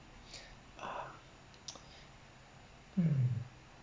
uh hmm